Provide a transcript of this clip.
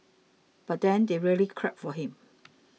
but then they really clapped for him